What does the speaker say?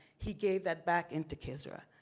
he gave that back into kisra.